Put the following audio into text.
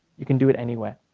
you can do it anywhere,